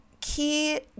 Key